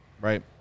Right